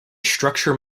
structure